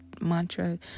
mantra